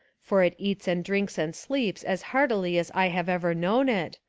for it eats and drinks and sleeps as heartily as i have ever known it,